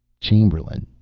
chamberlain,